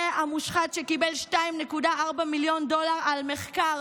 זה המושחת שקיבל 2.4 מיליון דולר על מחקר